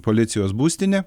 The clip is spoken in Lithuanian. policijos būstinę